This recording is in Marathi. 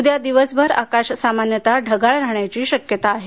उद्या दिवसभर आकाश सामान्यतः ढगाळ राहण्याची शक्यता आहे